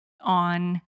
on